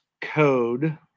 code